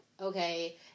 Okay